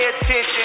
attention